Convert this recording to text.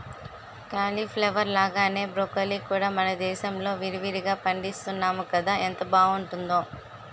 cauliflower లాగానే broccoli కూడా మనదేశంలో విరివిరిగా పండిస్తున్నాము కదా ఎంత బావుంటుందో